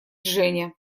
женя